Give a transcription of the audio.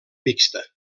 mixta